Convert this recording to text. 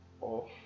Off